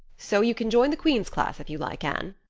so you can join the queen's class if you like, anne.